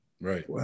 right